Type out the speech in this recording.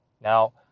Now